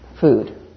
food